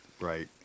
Right